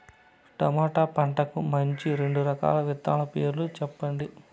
tomato పంటకు మంచి రెండు రకాల విత్తనాల పేర్లు సెప్పండి